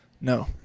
No